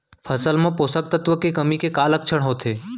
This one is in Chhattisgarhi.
फसल मा पोसक तत्व के कमी के का लक्षण होथे?